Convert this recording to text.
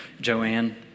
Joanne